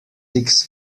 six